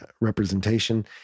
representation